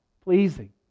pleasing